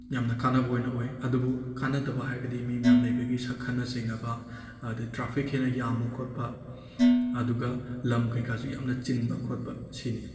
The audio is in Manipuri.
ꯌꯥꯝꯅ ꯀꯥꯟꯅꯕ ꯑꯣꯏꯅ ꯑꯣꯏ ꯑꯗꯨꯕꯨ ꯀꯥꯟꯅꯗꯕ ꯍꯥꯏꯔꯒꯗꯤ ꯃꯤ ꯃꯌꯥꯝ ꯂꯩꯕꯒꯤ ꯈꯠꯅ ꯆꯩꯅꯕ ꯑꯗꯒꯤ ꯇ꯭ꯔꯥꯐꯤꯛ ꯍꯦꯟꯅ ꯌꯥꯝꯕ ꯈꯣꯠꯄ ꯑꯗꯨꯒ ꯂꯝ ꯀꯩꯀꯥꯁꯨ ꯌꯥꯝꯅ ꯆꯤꯟꯕ ꯈꯣꯠꯄ ꯑꯁꯤꯅꯤ